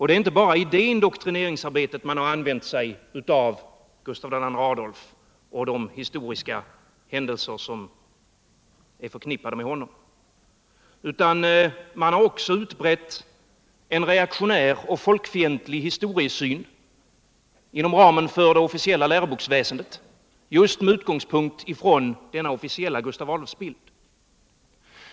Det är inte bara i detta indoktrineringsarbete man använt sig av Gustav II Adolf och de historiska händelser som är förknippade med honom. Man har också utbrett en reaktionär och folkfientlig historiesyn inom ramen för det officiella läroboksväsendet, just med utgångspunkt från denna officiella Gustav Adolfsbild.